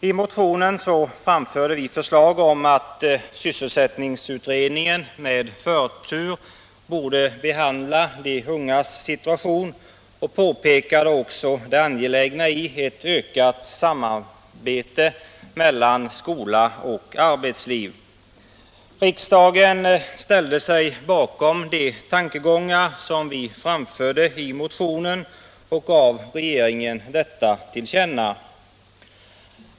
I motionen framförde vi förslag om att sysselsättningsutredningen med förtur skulle behandla de ungas situation och påpekade också det angelägna i ett ökat samarbete mellan skola och arbetsliv. Riksdagen ställde sig bakom de tankegångar som vi framförde i motionen och gav regeringen detta till känna.